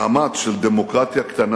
המאמץ של דמוקרטיה קטנה,